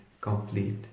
complete